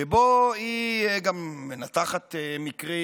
שבו היא מנתחת מקרי